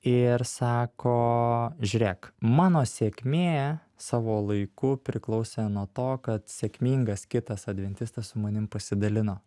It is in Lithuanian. ir sako žiūrėk mano sėkmė savo laiku priklausė nuo to kad sėkmingas kitas adventistas su manim pasidalino